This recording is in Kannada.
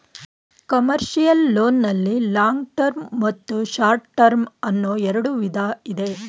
ಕಮರ್ಷಿಯಲ್ ಲೋನ್ ನಲ್ಲಿ ಲಾಂಗ್ ಟರ್ಮ್ ಮತ್ತು ಶಾರ್ಟ್ ಟರ್ಮ್ ಅನ್ನೋ ಎರಡು ವಿಧ ಇದೆ